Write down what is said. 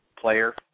player